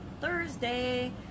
thursday